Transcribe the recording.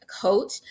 coach